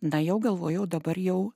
na jau galvojau dabar jau